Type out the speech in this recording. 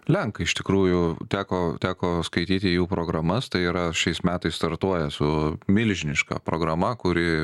lenkai iš tikrųjų teko teko skaityti jų programas tai yra šiais metais startuoja su milžiniška programa kuri